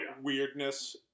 weirdness